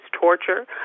torture